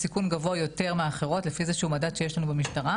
בסיכון יותר גבוה מאחרות לפי איזה שהוא מדד שיש לנו במשטרה.